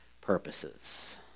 purposes